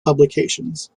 publications